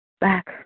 back